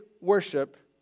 worship